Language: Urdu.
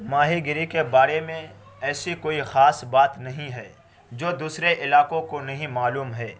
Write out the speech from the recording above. ماہی گیری کے بارے میں ایسی کوئی خاص بات نہیں ہے جو دوسرے علاقوں کو نہیں معلوم ہے